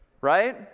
Right